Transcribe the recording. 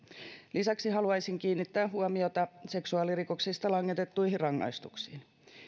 lisäksi haluaisin kiinnittää huomiota seksuaalirikoksista langetettuihin rangaistuksiin